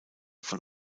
von